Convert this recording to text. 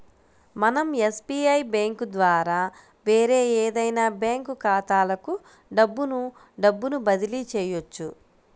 మనం SBI bank ద్వారా వేరే ఏదైనా బ్యాంక్ ఖాతాలకు డబ్బును డబ్బును బదిలీ చెయ్యొచ్చు